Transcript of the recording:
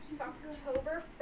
October